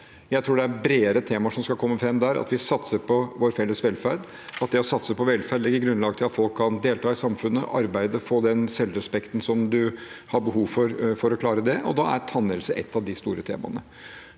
Jeg tror det er bredere temaer som skal komme fram der, at vi satser på vår felles velferd, at det å satse på velferd legger grunnlag for at folk kan delta i samfunnet, arbeide og få den selvrespekten som man har behov for, for å klare det. Da er tannhelse et av de store temaene.